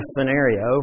scenario